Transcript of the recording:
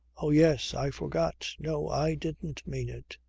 oh yes. i forgot. no, i didn't mean it.